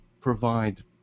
provide